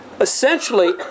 essentially